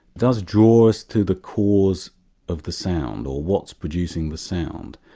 does draw us to the cause of the sound, or what's producing the sound.